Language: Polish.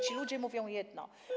Ci ludzie mówią jedno.